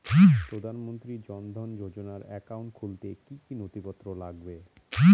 প্রধানমন্ত্রী জন ধন যোজনার একাউন্ট খুলতে কি কি নথিপত্র লাগবে?